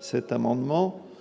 cet amendement